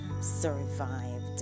survived